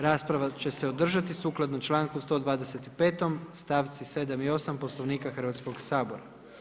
Rasprava će se održati sukladno članku 125. stavci 7. i 8. Poslovnika Hrvatskoga sabora.